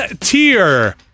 tier